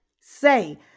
Say